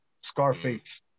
scarface